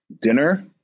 Dinner